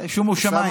שומו שמיים.